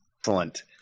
Excellent